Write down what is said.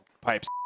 pipes